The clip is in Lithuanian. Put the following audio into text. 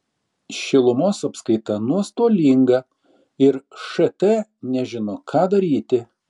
šilumos apskaita nuostolinga ir št nežino ką daryti